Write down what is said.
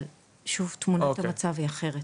אבל, שוב, תמונת המצב היא אחרת.